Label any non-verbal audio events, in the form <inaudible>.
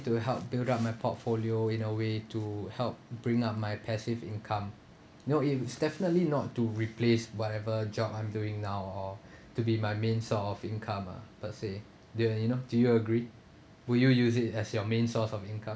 to help build up my portfolio in a way to help bring up my passive income no it's definitely not to replace whatever job I'm doing now or <breath> to be my main source of income ah per se they are you know do you agree would you use it as your main source of income